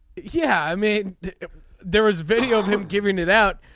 yeah i mean there is video of him giving it out.